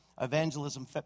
evangelism